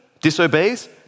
disobeys